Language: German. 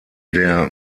der